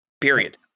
Period